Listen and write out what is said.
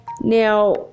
Now